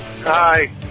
Hi